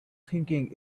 thinking